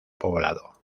poblado